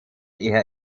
eher